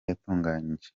yatunganyije